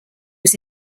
was